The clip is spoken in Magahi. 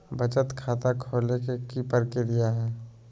बचत खाता खोले के कि प्रक्रिया है?